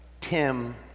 Tim